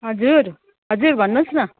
हजुर हजुर भन्नुहोस् न